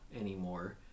anymore